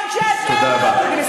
גם כשאתם, אתם יכולים ללכת לישון.